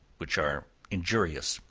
which are injurious.